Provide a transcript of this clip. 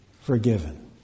forgiven